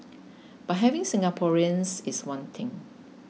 but having Singaporeans is one thing